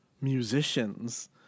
musicians